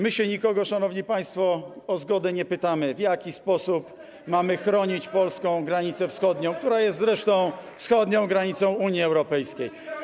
My się nikogo, szanowni państwo, o zgodę nie pytamy, w jaki sposób mamy chronić polską wschodnią granicę, która jest zresztą wschodnią granicą Unii Europejskiej.